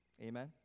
Amen